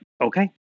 okay